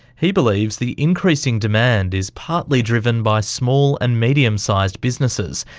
he believes the increasing demand is partly driven by small and medium sized businesses,